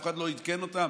אף אחד לא עדכן אותם,